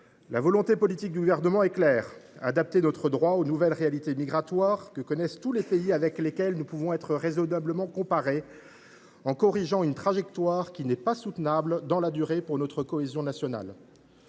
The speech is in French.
La volonté politique du Gouvernement est claire : adapter notre droit aux nouvelles réalités migratoires que connaissent tous les pays avec lesquels nous pouvons être raisonnablement comparés, en corrigeant une trajectoire qui n’est pas soutenable dans la durée pour notre cohésion nationale.